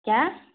کیا